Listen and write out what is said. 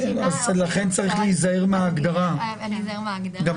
צריך להיזהר מהגדרה של מדינה אדומה.